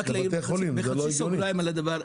רק בחצי סוגריים על הדבר.